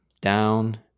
Down